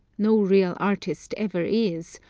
no real artist ever is,